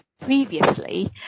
previously